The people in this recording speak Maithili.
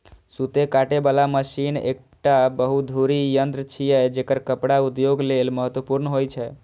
सूत काटे बला मशीन एकटा बहुधुरी यंत्र छियै, जेकर कपड़ा उद्योग लेल महत्वपूर्ण होइ छै